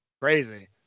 Crazy